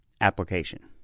application